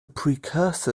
precursor